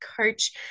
coach